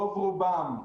רוב רובם,